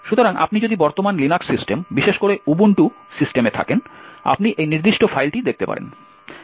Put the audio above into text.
সুতরাং আপনি যদি বর্তমান লিনাক্স সিস্টেম বিশেষ করে উবুন্টু সিস্টেমে থাকেন আপনি এই নির্দিষ্ট ফাইলটি দেখতে পারেন